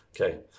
okay